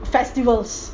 festivals